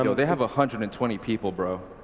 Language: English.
you know they have a hundred and twenty people bro.